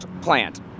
plant